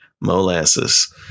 molasses